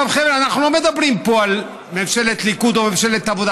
אנחנו לא מדברים פה על ממשלת ליכוד או ממשלת העבודה,